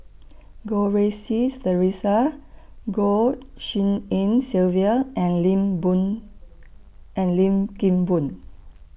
Goh Rui Si Theresa Goh Tshin En Sylvia and Lim Boon and Lim Kim Boon